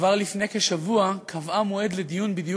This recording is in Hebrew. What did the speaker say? כבר לפני כשבוע קבעה מועד לדיון בדיוק